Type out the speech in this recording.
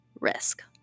risk